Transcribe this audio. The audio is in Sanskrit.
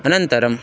अनन्तरं